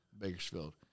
Bakersfield